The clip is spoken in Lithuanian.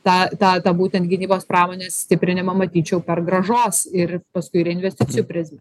tą tą tą būtent gynybos pramonės stiprinimą matyčiau per grąžos ir paskui ir investicijų prizmę